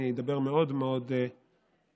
אני מדבר מאוד מאוד בקצרה.